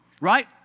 right